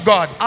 God